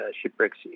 shipwrecks